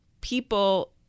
people